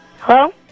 Hello